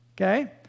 Okay